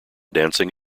dancing